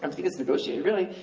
um think it's negotiated, really.